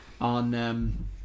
on